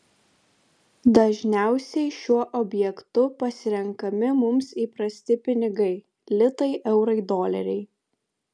dažniausiai šiuo objektu pasirenkami mums įprasti pinigai litai eurai doleriai